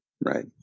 Right